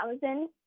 thousand